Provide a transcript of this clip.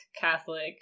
Catholic